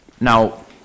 Now